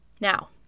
Now